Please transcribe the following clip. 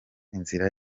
inzira